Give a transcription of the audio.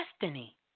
destiny